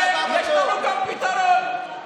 ויש לנו את הפתרון.